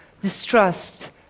distrust